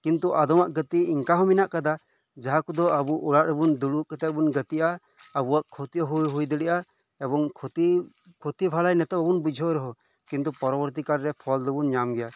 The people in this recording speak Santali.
ᱠᱤᱱᱛᱩ ᱟᱫᱚᱢᱟᱜ ᱜᱟᱛᱮᱜ ᱤᱝᱠᱟ ᱦᱚᱸ ᱢᱮᱱᱟᱜ ᱟᱠᱟᱫᱟ ᱡᱟᱦᱟᱸ ᱠᱚᱫᱚ ᱟᱵᱚ ᱚᱲᱟᱜ ᱨᱮᱵᱚᱱ ᱫᱩᱲᱩᱵ ᱠᱟᱛᱮᱫ ᱵᱚᱱ ᱜᱟᱛᱮᱜᱼᱟ ᱟᱵᱚᱣᱟᱜ ᱠᱷᱚᱛᱤ ᱦᱚᱸ ᱦᱳᱭ ᱫᱟᱲᱮᱭᱟᱜᱼᱟ ᱮᱵᱚᱝ ᱠᱷᱚᱛᱤ ᱠᱷᱚᱛᱤ ᱵᱷᱟᱞᱮ ᱱᱤᱛᱚᱜ ᱵᱟᱵᱚᱱ ᱵᱩᱡᱷᱟᱹᱣ ᱨᱮᱦᱚᱸ ᱠᱤᱱᱛᱩ ᱯᱚᱨᱚᱵᱚᱨᱛᱤ ᱠᱟᱞ ᱨᱮ ᱯᱷᱚᱞ ᱫᱚᱵᱚᱱ ᱧᱟᱢ ᱜᱮᱭᱟ